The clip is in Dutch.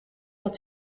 had